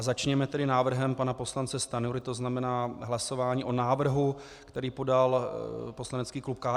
Začněme tedy návrhem pana poslance Stanjury, to znamená hlasování o návrhu, který podal poslanecký klub KSČM.